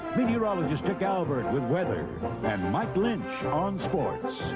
meteorologist dick albert with weather, and mike lynch on sports.